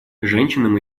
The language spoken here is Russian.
женщинам